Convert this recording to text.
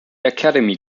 academy